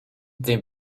they